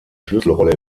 schlüsselrolle